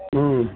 ಹ್ಞೂ